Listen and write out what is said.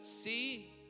See